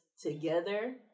together